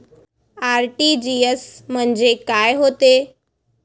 RTGS म्हंजे काय होते?